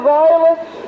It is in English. violence